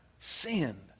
sin